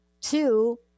Two